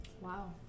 Wow